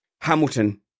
Hamilton